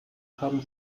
haben